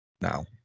now